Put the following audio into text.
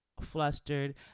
flustered